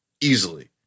easily